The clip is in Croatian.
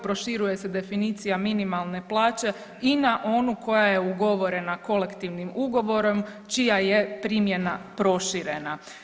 Proširuje se definicija minimalne plaće i na onu koja je ugovorena kolektivnim ugovorom čija je primjena proširena.